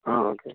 okay